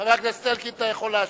חבר הכנסת אלקין, אתה יכול להשיב.